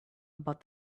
about